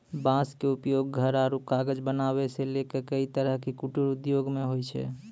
बांस के उपयोग घर आरो कागज बनावै सॅ लैक कई तरह के कुटीर उद्योग मॅ होय छै